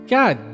God